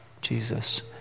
Jesus